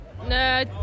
no